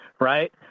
Right